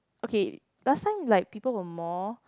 okay last time is like people were more